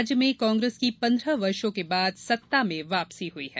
राज्य में कांग्रेस की पन्द्रह वर्षों के बाद सत्ता में वापसी हुई है